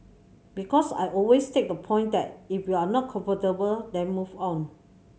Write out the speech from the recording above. because I always take the point that if you're not comfortable then move on